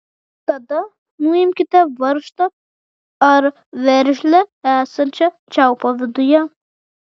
tada nuimkite varžtą ar veržlę esančią čiaupo viduje